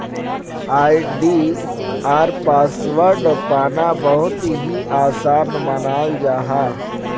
आई.डी.आर password पाना बहुत ही आसान मानाल जाहा